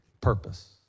purpose